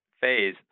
phase